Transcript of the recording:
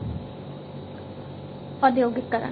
औद्योगीकरण